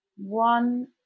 one